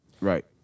Right